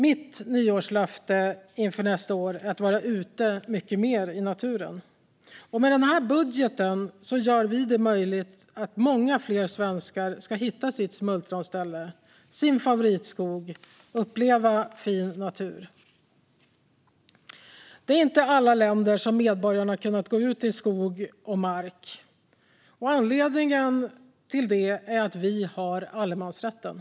Mitt nyårslöfte inför nästa år är att vara ute mycket mer i naturen. Med den här budgeten gör vi det möjligt för många fler svenskar att hitta sitt smultronställe eller sin favoritskog och uppleva fin natur. Det är inte i alla länder som medborgarna har kunnat gå ut i skog och mark. Anledningen till att vi har kunnat det är att vi har allemansrätten.